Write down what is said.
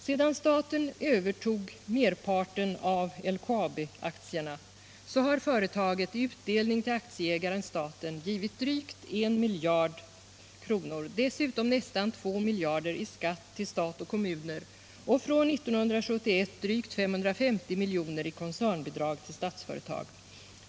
Sedan staten övertog merparten av LKAB-aktierna har företaget i utdelning till aktieägaren staten givit drygt en miljard kronor och dessutom nästan två miljarder kronor i skatt till stat och kommuner och från 1971 drygt 550 milj.kr. i koncernbidrag till Statsföretag.